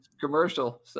commercial